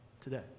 today